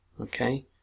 Okay